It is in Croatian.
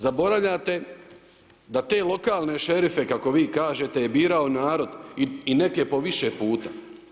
Zaboravljate da te lokalne šerife kako vi kažete je birao narod i neke po više puta.